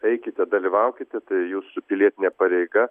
eikite dalyvaukite tai jūsų pilietinė pareiga